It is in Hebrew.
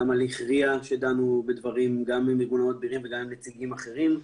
גם הליך RIA שדנו בדברים גם עם ארגון המדבירים וגם עם נציגים אחרים,